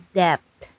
depth